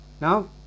Now